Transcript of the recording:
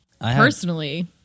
personally